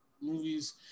Movies